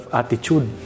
attitude